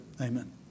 amen